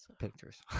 Pictures